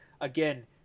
again